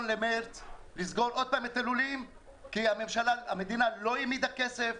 למרץ את הלולים שוב כי המדינה לא העמידה כסף,